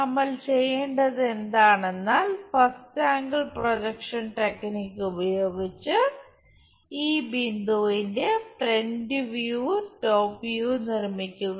നമ്മൾ ചെയ്യേണ്ടത് എന്താണെന്നാൽ ഫസ്റ്റ് ആംഗിൾ പ്രൊജക്ഷൻ ടെക്നിക് ഉപയോഗിച്ച് ഈ ബിന്ദുവിന്റെ ഫ്രന്റ് വ്യൂവും ടോപ് വ്യൂവും നിർമ്മിക്കുക